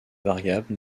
variable